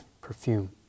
perfume